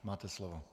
Máte slovo.